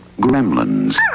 Gremlins